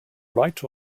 right